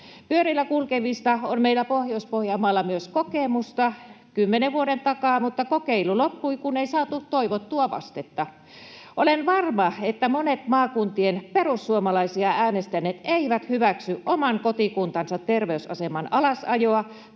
pyörillä kulkevista on meillä Pohjois-Pohjanmaalla kokemusta kymmenen vuoden takaa, mutta kokeilu loppui, kun ei saatu toivottua vastetta. Olen varma, että monet maakuntien perussuomalaisia äänestäneet eivät hyväksy oman kotikuntansa terveysaseman alasajoa